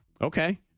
Okay